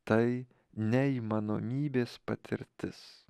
tai neįmanomybės patirtis